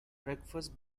breakfast